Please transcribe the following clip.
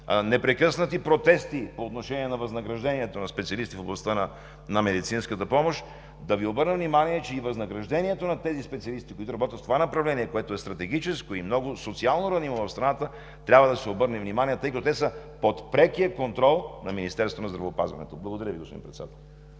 непрекъснати протести по отношение на възнаграждението на специалистите в областта на медицинската помощ, мисля, че и на възнаграждението на специалистите, които работят в това направление – стратегическо и много социално ранимо в страната, трябва да се обърне внимание, тъй като те са под прекия контрол на Министерството на здравеопазването. Благодаря Ви, господин Председател.